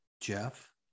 Jeff